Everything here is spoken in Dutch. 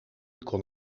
kon